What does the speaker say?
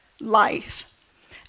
life